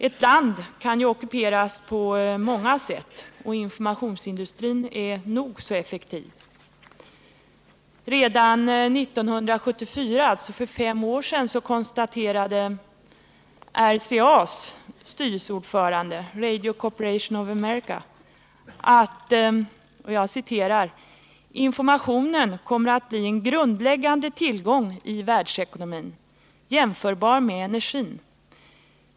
Ett land kan ju ockuperas på många sätt, och informationsindustrin är nog så effektiv. Redan 1974 — alltså för fem år sedan — konstaterade styrelseordföranden i Radio Corporation of America, RCA, följande: Informationen kommer att bli en grundläggande tillgång i världsekonomin, jämförbar med energin.